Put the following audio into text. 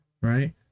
right